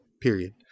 period